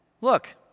Look